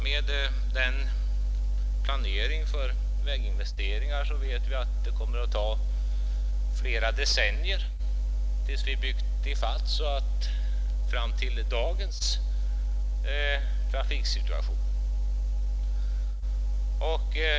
Med den nuvarande planeringen för väginvesteringar kommer det att dröja flera decennier innan vi har byggt i fatt och kan klara dagens trafiksituation.